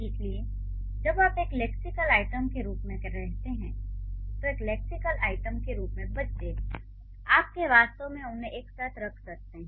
इसलिए जब आप एक लेक्सिकल आइटम के रूप में कहते हैं तो एक लेक्सिकल आइटम के रूप में "बच्चे" आप वास्तव में उन्हें एक साथ रख सकते हैं